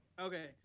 Okay